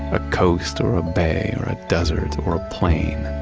a coast, or a bay, or a desert, or a plain.